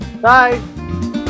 Bye